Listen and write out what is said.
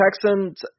Texans